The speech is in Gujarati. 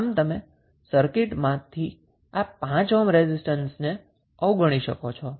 આમ તમે સર્કિટમાંથી આ 5 ઓહ્મ રેઝિસ્ટન્સને અવગણી શકો છો